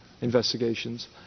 investigations